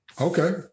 Okay